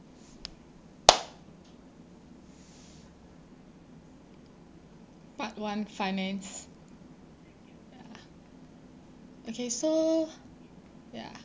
part one finance ya okay so ya